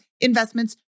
investments